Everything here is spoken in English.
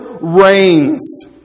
reigns